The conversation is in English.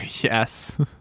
yes